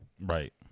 Right